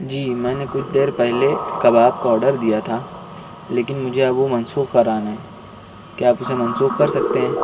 جی میں نے کچھ دیر پہلے کباب کا آرڈر دیا تھا لیکن مجھے اب وہ منسوخ کرانا ہے کیا آپ اسے منسوخ کر سکتے ہیں